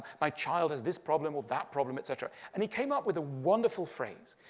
my child has this problem or that problem, et cetera. and he came up with a wonderful phrase.